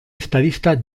estadista